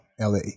LA